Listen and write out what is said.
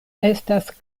estas